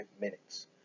minutes